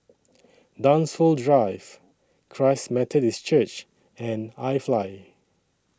Dunsfold Drive Christ Methodist Church and IFly